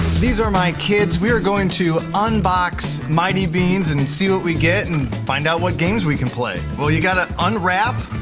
these are my kids. we're going to unbox mighty beanz and see what we get and find out what games we can play. well you got to unwrap,